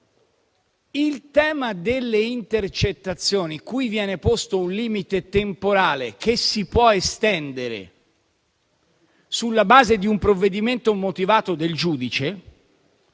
Il tema delle intercettazioni, cui viene posto un limite temporale che si può estendere sulla base di un provvedimento motivato del giudice,